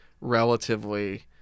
relatively